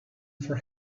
for